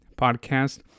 podcast